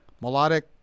melodic